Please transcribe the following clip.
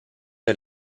der